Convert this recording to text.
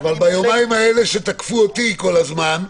--- ביומיים האלה שתקפו אותי כל הזמן,